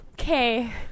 okay